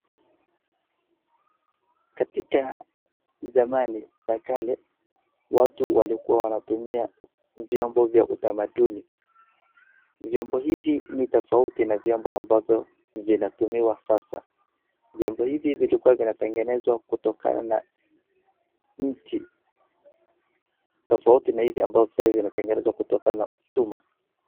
Katika zamani za kale watu walikuwa wanatumia vyombo vya utamaduni. Vyombo hivi ni tofauti na vyombo ambavyo vinatumiwa sasa. Vyombo hivi vilikuwa vinatengenezwa kutokana na miti, tofauti na hivi ambavyo sai vinatengenezwa kutokana chuma.